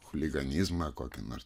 chuliganizmą kokį nors